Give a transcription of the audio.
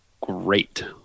great